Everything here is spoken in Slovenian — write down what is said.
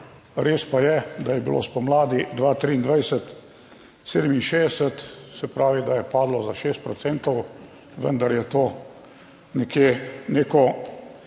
res pa je, da je bilo spomladi 2023, 67, se pravi, da je padlo za 6 procentov, vendar je to nekje